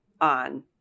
on